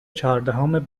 چهاردهم